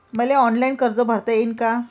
मले ऑनलाईन कर्ज भरता येईन का?